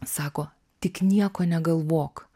sako tik nieko negalvok